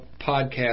podcast